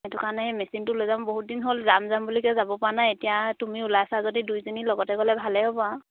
সেইটো কাৰণে মেচিনটো লৈ যাম বহুত দিন হ'ল যাম যাম বুলি কৈ যাবপৰা নাই এতিয়া তুমি ওলাইছা যদি দুয়োজনী লগতে গ'লে ভালেই হ'ব আৰু